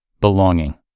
belonging